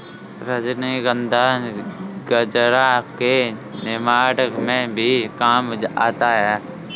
रजनीगंधा गजरा के निर्माण में भी काम आता है